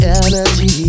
energy